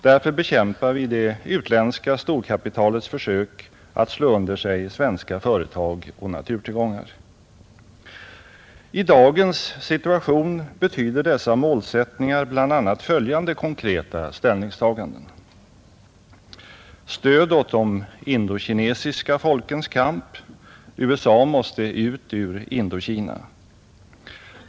Därför bekämpar vi det utländska storkapitalets försök att slå under sig svenska företag och naturtillgångar. I dagens situation betyder dessa målsättningar bl.a. följande konkreta ställningstaganden: Stöd åt de indokinesiska folkens kamp. USA måste ut ur Indokina.